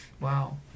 wow